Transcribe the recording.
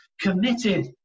Committed